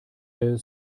der